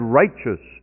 righteous